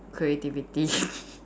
creativity